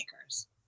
makers